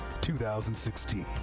2016